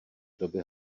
doby